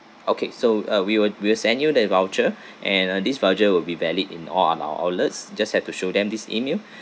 okay so uh we will we will send you the voucher and uh this voucher will be valid in all on our outlets just have to show them this email